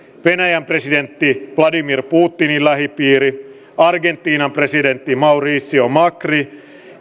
venäjän presidentin vladimir putinin lähipiiri argentiinan presidentti mauricio macri